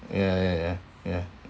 ya ya ya ya